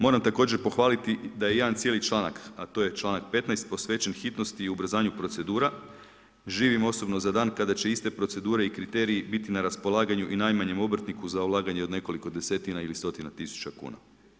Moram također pohvaliti da je jedan cijeli članak, a to je članak 15. posvećen hitnosti i ubrzanju procedura, živim osobno za dan kada će iste procedure i kriteriji biti na raspolaganju i najmanjem obrtniku za ulaganje od nekoliko desetina ili stotina tisuća kuna.